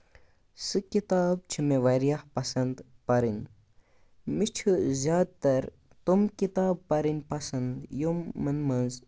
سُہ کِتاب چھِ مےٚ واریاہ پَسَنٛد پَرٕنۍ مےٚ چھُنہٕ زیادٕ تَر تِم کِتاب پَرٕنۍ پَسَنٛد یِم یِمَن منٛز